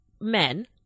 men